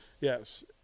yes